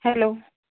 hello